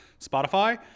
Spotify